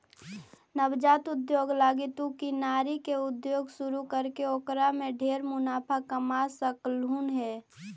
नवजात उद्योग लागी तु किनारी के उद्योग शुरू करके ओकर में ढेर मुनाफा कमा सकलहुं हे